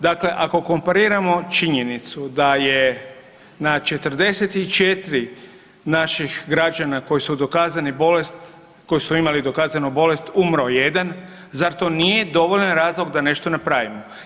Dakle, ako kompariramo činjenicu da je na 44 naših građana koji su dokazani bolest, koji su imali dokazanu bolest umro jedan zar to nije dovoljan razlog da nešto napravimo?